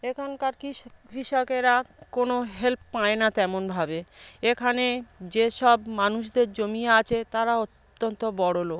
এখানকার কৃষকেরা কোনো হেল্প পায় না তেমনভাবে এখানে যেসব মানুষদের জমি আছে তারা অত্যন্ত বড়লোক